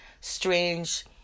strange